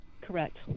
Correct